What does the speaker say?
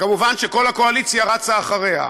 וכמובן כל הקואליציה רצה אחריה: